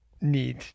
need